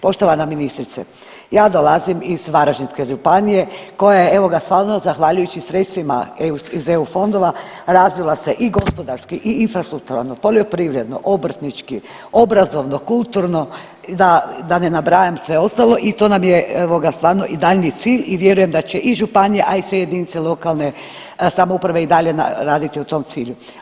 Poštovana ministrice, ja dolazim iz Varaždinske županije koja je evo stvarno zahvaljujući sredstvima iz EU fondova razvila se i gospodarski infrastrukturalno, poljoprivredno, obrtnički, obrazovno, kulturno, da ne nabrajam sve ostalo i to nam je evo ga stvarno i daljnji cilj i vjerujem da će i županija, a i sve jedinice lokalne samouprave i dalje raditi u tom cilju.